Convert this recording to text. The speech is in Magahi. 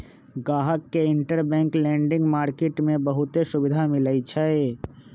गाहक के इंटरबैंक लेडिंग मार्किट में बहुते सुविधा मिलई छई